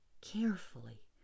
carefully